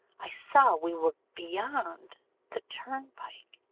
i saw we were beyond the turnpike.